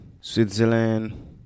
Switzerland